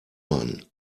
man